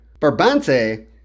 Barbante